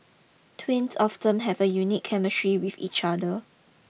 twins often have a unique chemistry with each other